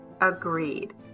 agreed